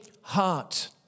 heart